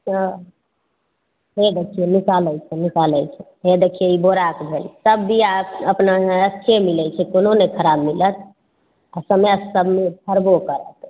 हँ हे देखिये निकालै छौ निकालै छौ हे देखियै ई बोराके भेल सब बिआ अपना यहाँ अच्छे मिलै छै कोनो नहि खराब मिलत आ समय से सब फड़बो करत